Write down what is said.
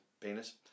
Penis